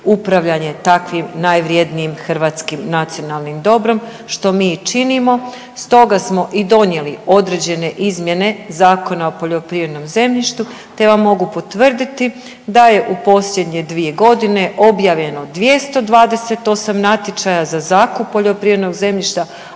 takvim najvrjednijim hrvatskim nacionalnim dobrom što mi i činimo. Stoga smo i donijeli određene izmjene Zakona o poljoprivrednom zemljištu te vam mogu potvrditi da je u posljednje 2 godine objavljeno 228 natječaja za zakup poljoprivrednog zemljišta,